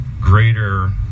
greater